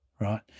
right